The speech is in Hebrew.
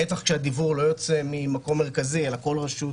בטח שהדיוור לא יוצא ממקום מרכזי אלא כל רשות